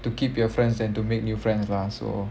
to keep your friends and to make new friends lah so